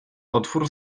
otwór